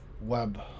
web